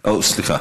סליחה,